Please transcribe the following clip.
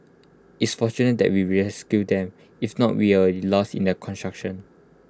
it's fortunate that we rescued them if not we lost in the construction